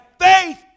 faith